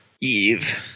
Eve